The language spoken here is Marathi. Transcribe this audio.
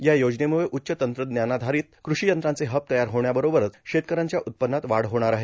या योजनेमुळं उच्च तंत्रज्ञानाधारित क्रषीयंत्रांचे हब तयार होण्याबरोबरच शेतकऱ्यांच्या उत्पव्नात वाढ होणार आहे